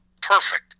Perfect